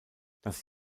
das